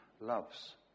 loves